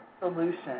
solution